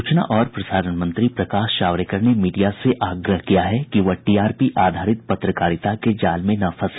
सूचना और प्रसारण मंत्री प्रकाश जावड़ेकर ने मीडिया से आग्रह किया है कि वह टीआरपी आधारित पत्रकारिता के जाल में न फंसे